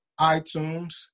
iTunes